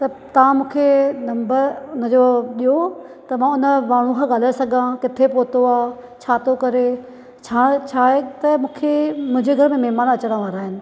त तव्हां मूंखे नंबर हुनजो ॾियो त मां हुनजा माण्हूं खां ॻाल्हाए सघां किथे पहुतो आहे छा थो करे छाहे त छाहे त मूंखे मुंहिंजे घर में महिमान अचण वारा आहिनि